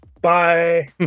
Bye